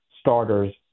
starters